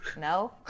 No